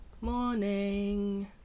morning